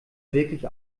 wirklich